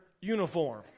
uniform